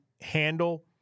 handle